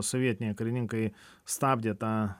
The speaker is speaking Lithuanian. sovietiniai karininkai stabdė tą